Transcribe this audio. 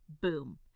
boom